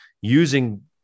using